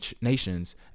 nations